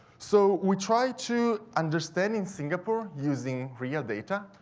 so, we try to understand in singapore using real data,